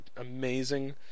amazing